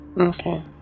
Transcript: Okay